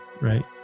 Right